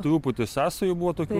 truputis sąsajų buvo tokių